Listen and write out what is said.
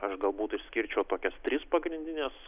aš galbūt išskirčiau tokias tris pagrindines